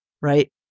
Right